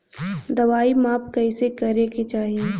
दवाई माप कैसे करेके चाही?